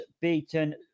beaten